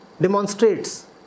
demonstrates